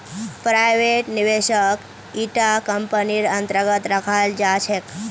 private निवेशकक इटा कम्पनीर अन्तर्गत रखाल जा छेक